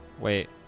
Wait